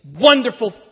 wonderful